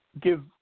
give